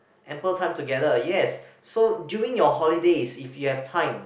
ample time together yes so during your holidays if you have time